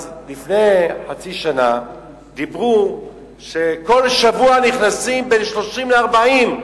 לפני חצי שנה אמרו שכל שבוע נכנסים בין 30 ל-40.